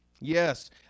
yes